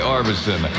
Arbison